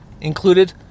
included